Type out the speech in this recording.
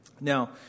Now